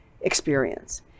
experience